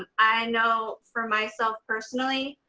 i know for myself personally,